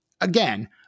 again